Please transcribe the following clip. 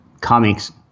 comics